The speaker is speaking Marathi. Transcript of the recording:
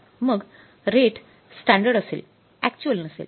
मग रेट स्टँडर्ड असेल अक्चुअल नसेल